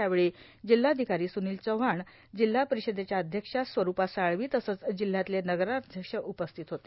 यावेळी जिल्हाधिकारी सुनील चव्हाण जिल्हा परिषदेच्या अध्यक्षा स्वरूपा साळ्वी तसंच जिल्ह्यातले नगराध्यक्ष उपस्थित होते